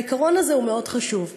והעיקרון הזה הוא מאוד חשוב: